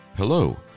Hello